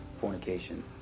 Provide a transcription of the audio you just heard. fornication